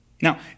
Now